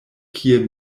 kie